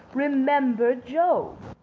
remember job.